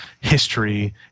history